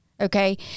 okay